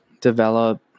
develop